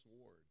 sword